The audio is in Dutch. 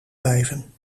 blijven